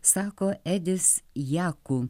sako edis jaku